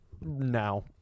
now